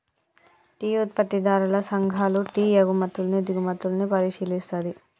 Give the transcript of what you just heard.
tea ఉత్పత్తిదారుల సంఘాలు tea ఎగుమతుల్ని దిగుమతుల్ని పరిశీలిస్తది